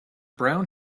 brown